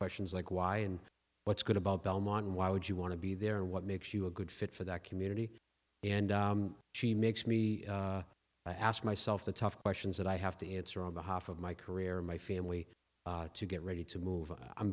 questions like why and what's good about belmont and why would you want to be there and what makes you a good fit for that community and she makes me ask myself the tough questions that i have to answer on behalf of my career my family to get ready to move i'm